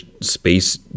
space